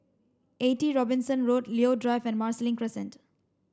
Eighty Robinson Road Leo Drive and Marsiling Crescent